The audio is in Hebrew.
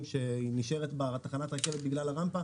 שהיא נשארת בתחנת הרכבת בגלל הרמפה.